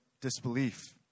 disbelief